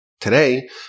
today